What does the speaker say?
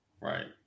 Right